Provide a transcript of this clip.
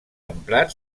emprat